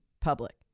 public